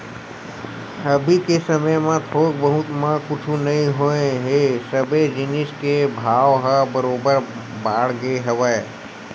अभी के समे म थोक बहुत म कुछु होना नइ हे सबे जिनिस के भाव ह बरोबर बाड़गे हवय